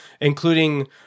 including